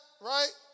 right